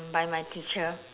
by my teacher